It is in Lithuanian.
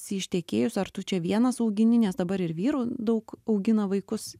esi ištekėjus ar tu čia vienas augini nes dabar ir vyrų daug augina vaikus